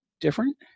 different